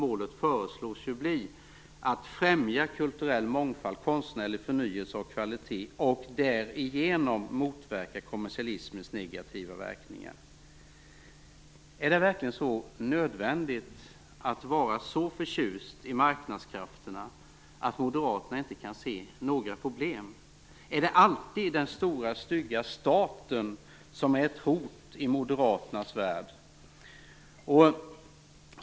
Målet föreslås ju bli att "främja kulturell mångfald, konstnärlig förnyelse och kvalitet och därigenom motverka kommersialismens negativa verkningar". Är det verkligen nödvändigt att vara så förtjust i marknadskrafterna att Moderaterna inte kan se några problem? Är det alltid den stora stygga staten som är ett hot i Moderaternas värld?